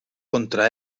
contra